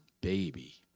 baby